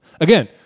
again